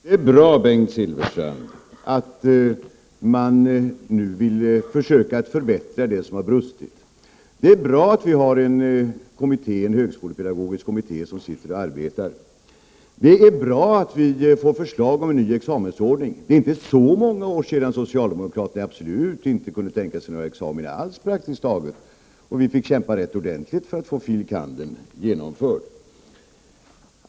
Herr talman! Det är bra, Bengt Silfverstrand, att ni nu vill försöka åtgärda det som har brustit. Det är bra att vi har en högskolepedagogisk kommitté som arbetar. Det är bra att vi får förslag om en ny examensordning. Det är inte så många år sedan socialdemokraterna praktiskt taget inte kunde tänka sig några examina alls och vi fick kämpa rätt ordentligt för att få filosofie kandidatexamen återinförd.